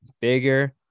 bigger